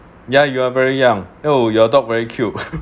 ya you are very young oh your dog very cute